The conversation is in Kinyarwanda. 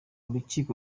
urukiko